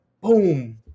Boom